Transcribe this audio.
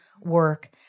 work